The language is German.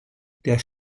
der